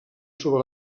sobre